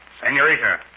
Senorita